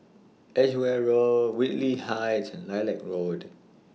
Edgeware Road Whitley Heights and Lilac Road